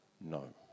No